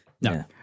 no